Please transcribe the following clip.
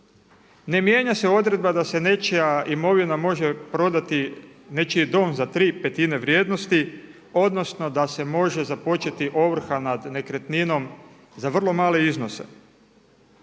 ne mijenja se odredba da se nečija imovina može prodati, nečiji dom za 3/5 vrijednosti odnosno da se može započeti ovrha nad nekretninom za vrlo male iznose,